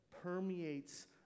permeates